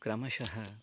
क्रमशः